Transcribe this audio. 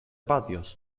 patios